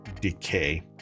decay